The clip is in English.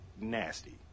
nasty